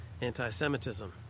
anti-Semitism